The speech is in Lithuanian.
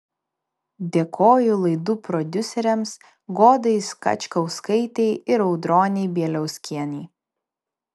dėkoju laidų prodiuserėms godai skačkauskaitei ir audronei bieliauskienei